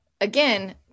Again